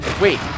Wait